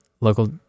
local